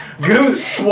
goose